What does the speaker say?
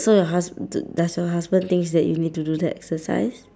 so your hus~ d~ does your husband thinks that you need to do the exercise